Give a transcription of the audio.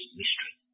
mystery